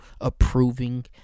Approving